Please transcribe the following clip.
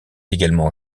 également